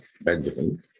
Benjamin